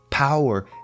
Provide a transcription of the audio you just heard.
power